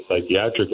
psychiatric